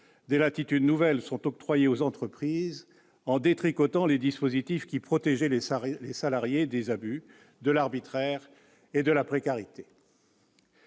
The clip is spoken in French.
des latitudes nouvelles sont octroyées aux entreprises en détricotant les dispositifs qui protégeaient les salariés des abus, de l'arbitraire et de la précarité.